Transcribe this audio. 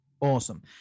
Awesome